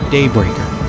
Daybreaker